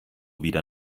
wieder